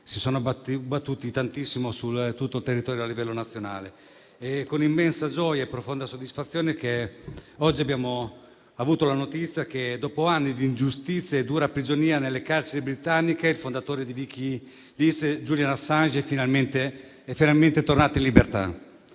si sono battuti tantissimo su tutto il territorio a livello nazionale. È con immensa gioia e profonda soddisfazione che oggi abbiamo avuto la notizia che, dopo anni di ingiustizie e dura prigionia nelle carceri britanniche, il fondatore di Wikileaks Julian Assange è finalmente tornato in libertà.